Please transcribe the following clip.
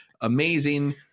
amazing